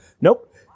Nope